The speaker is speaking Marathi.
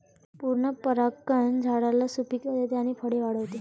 पूर्ण परागकण झाडाला सुपिकता देते आणि फळे वाढवते